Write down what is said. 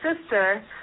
sister